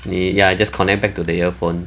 eh ya just connect back the earphone